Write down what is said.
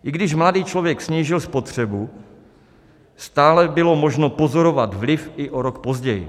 I když mladý člověk snížil spotřebu, stále bylo možno pozorovat vliv i o rok později.